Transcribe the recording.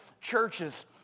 churches